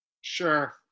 Sure